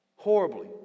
horribly